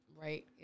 right